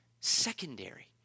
secondary